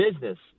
business